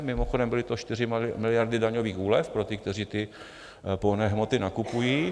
Mimochodem, byly to 4 miliardy daňových úlev pro ty, kteří pohonné hmoty nakupují.